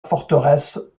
forteresse